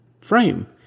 frame